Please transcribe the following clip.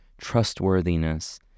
trustworthiness